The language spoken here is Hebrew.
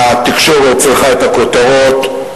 התקשורת צריכה את הכותרות,